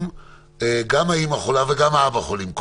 מה קורה אם גם האימא וגם האבא חולים?